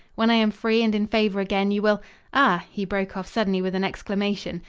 when i am free and in favor again you will ah! he broke off suddenly with an exclamation.